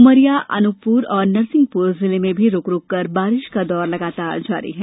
उमरिया अनूपपुर और नरसिंहपुर जिले में भी रूकरूक कर बारिश का दौर लगातार जारी है